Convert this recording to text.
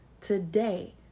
today